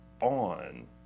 on